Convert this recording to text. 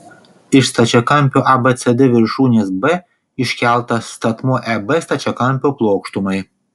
iš stačiakampio abcd viršūnės b iškeltas statmuo eb stačiakampio plokštumai